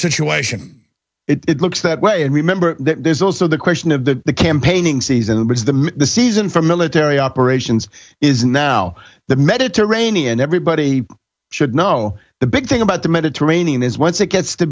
situation it looks that way and remember that there's also the question of the campaigning season because the season for military operations is now the mediterranean everybody should know the big thing about the mediterranean is once it gets to